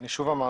אני שוב אמרתי,